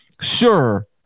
Sure